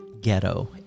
ghetto